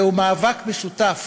זהו מאבק משותף,